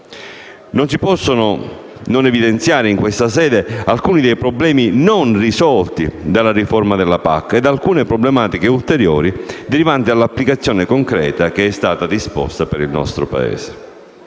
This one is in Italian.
Non si possono non evidenziare, in questa sede, alcuni dei problemi non risolti dalla riforma della PAC e alcune problematiche ulteriori derivanti dall'applicazione concreta che è stata disposta per il nostro Paese.